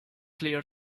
clear